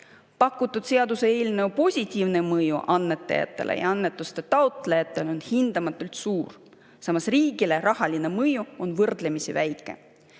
Pakutud seaduseelnõu positiivne mõju annetajatele ja annetuste taotlejatele on hindamatult suur, samas riigile on rahaline mõju võrdlemisi väike.